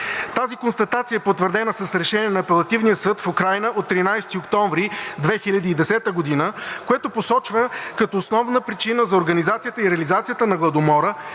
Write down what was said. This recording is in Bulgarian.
Тази констатация е потвърдена с решение на Апелативния съд в Украйна от 13 октомври 2010 г., което посочва като основна причина за организацията и реализацията на Гладомора